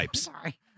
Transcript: Sorry